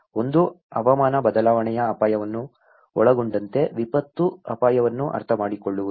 ಒಂದು ಹವಾಮಾನ ಬದಲಾವಣೆಯ ಅಪಾಯವನ್ನು ಒಳಗೊಂಡಂತೆ ವಿಪತ್ತು ಅಪಾಯವನ್ನು ಅರ್ಥಮಾಡಿಕೊಳ್ಳುವುದು